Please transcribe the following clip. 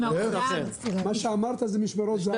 מה שאמרת זה משמרות זה"ב.